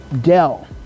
Dell